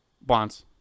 Bonds